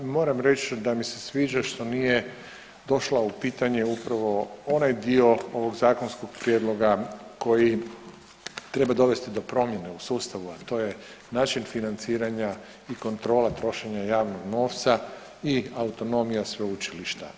Moram reći da mi se sviđa što nije došla u pitanje upravo onaj dio onog zakonskog prijedloga koji treba dovesti do promjene u sustavu a to je način financiranja i kontrola trošenja javnog novca i autonomija sveučilišta.